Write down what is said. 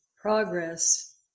Progress